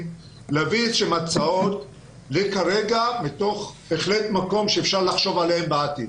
להביא הצעות מתוך מקום שאפשר לחשוב עליהן בעתיד.